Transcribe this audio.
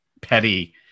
petty